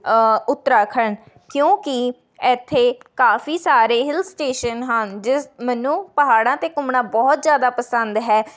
ਉੱਤਰਾਖੰਡ ਕਿਉਂਕਿ ਇੱਥੇ ਕਾਫੀ ਸਾਰੇ ਹਿਲ ਸਟੇਸ਼ਨ ਹਨ ਜਿਸ ਮੈਨੂੰ ਪਹਾੜਾਂ 'ਤੇ ਘੁੰਮਣਾ ਬਹੁਤ ਜ਼ਿਆਦਾ ਪਸੰਦ ਹੈ